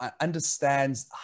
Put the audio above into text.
understands